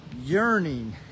yearning